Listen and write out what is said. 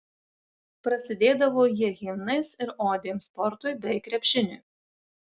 prasidėdavo jie himnais ir odėm sportui bei krepšiniui